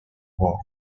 war